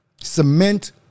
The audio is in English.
cement